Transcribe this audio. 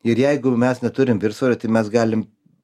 ir jeigu mes neturim viršsvorio tai mes galim